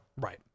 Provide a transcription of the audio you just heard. Right